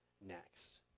next